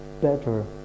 better